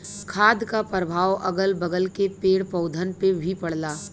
खाद क परभाव अगल बगल के पेड़ पौधन पे भी पड़ला